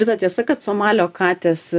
visa tiesa kad somalio katės